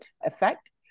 effect